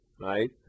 right